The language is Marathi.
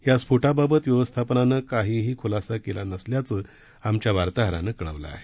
या स्फोटाबाबत व्यवस्थापनानं काहीही ख्लासा केला नसल्याचं आमच्या वार्ताहरानं कळवलं आहे